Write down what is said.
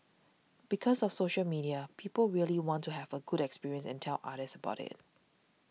because of social media people really want to have a good experience and tell others about it